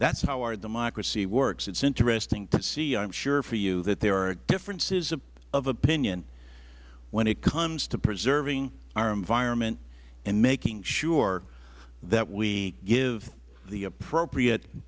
that is how our democracy works it is interesting to see i am sure for you that there are differences of opinion when it comes to preserving our environment and making sure that we give the appropriate